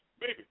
Baby